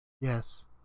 Yes